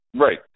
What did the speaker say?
Right